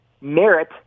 merit